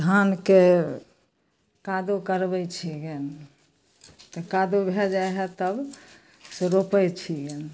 धानके कादो करबै छिअनि तऽ कादो भऽ जाइ हइ तब से रोपै छिअनि